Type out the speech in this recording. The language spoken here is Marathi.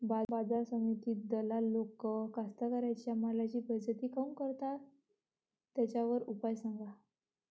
बाजार समितीत दलाल लोक कास्ताकाराच्या मालाची बेइज्जती काऊन करते? त्याच्यावर उपाव सांगा